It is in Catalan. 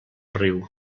riu